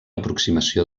aproximació